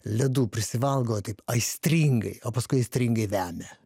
ledų prisivalgo taip aistringai o paskui aistringai vemia